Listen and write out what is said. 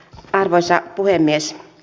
arvoisa puhemies